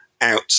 Out